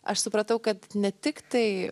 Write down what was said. aš supratau kad ne tik tai